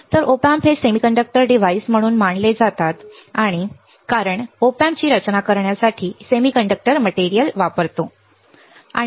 तर Op Amps हे semiconductor device म्हणून मानले जातात कारण आम्ही Op Amp ची रचना करण्यासाठी सेमीकंडक्टर मटेरियल वापरत आहोत